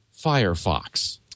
Firefox